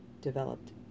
developed